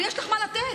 ויש לך מה לתת,